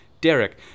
Derek